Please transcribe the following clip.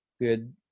good